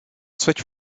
switch